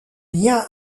lien